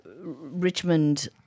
Richmond